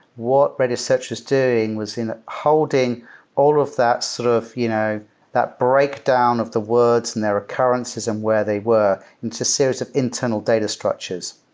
what redis search was doing was in holding all of that sort of you know that breakdown of the words and their currencies and where they were into a series of internal data structures.